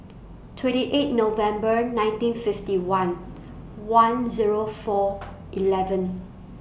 twenty eight November nineteen fifty one one Zero four eleven